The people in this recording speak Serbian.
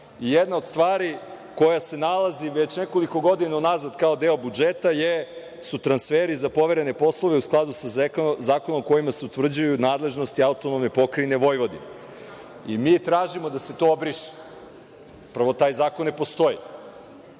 I, jedna od stvari koja se nalazi već nekoliko godina unazad kao deo budžeta su transferi za povremene poslove u skladu sa zakonom kojima se utvrđuje nadležnosti AP Vojvodine, i mi tražimo da se to briše. Prvo, taj zakon ne postoji.